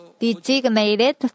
designated